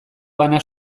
bana